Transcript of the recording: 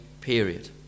period